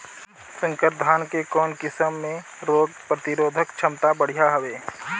संकर धान के कौन किसम मे रोग प्रतिरोधक क्षमता बढ़िया हवे?